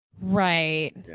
Right